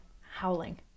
Howling